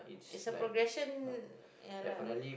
it's a progression ya lah